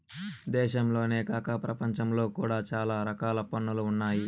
దేశంలోనే కాక ప్రపంచంలో కూడా చాలా రకాల పన్నులు ఉన్నాయి